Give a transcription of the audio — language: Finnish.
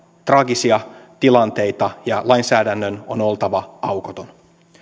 traagisia tilanteita ja lainsäädännön on oltava aukoton